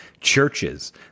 churches